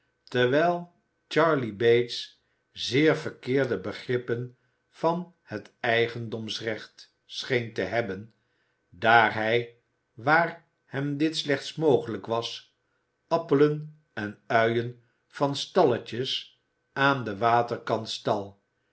terwijl charley bates zeer verkeerde begrippen van het eigendomsrecht scheen te hebben daar hij waar hem dit slechts mogelijk was appelen en uien van de stalletjes aan den waterkant